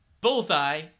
Bullseye